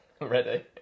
Ready